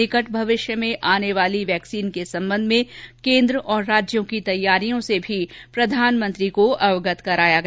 निकट भविष्य में आने वाली वैक्सीन के संबंध में केन्द्र और राज्यों की तैयारियों से भी प्रधानमंत्री को अवगत कराया गया